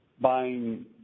buying